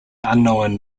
unknown